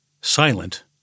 silent